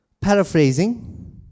Paraphrasing